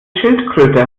schildkröte